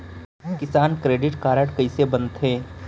किसान credit card कइसे बनथे?